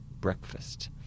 breakfast